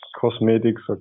cosmetics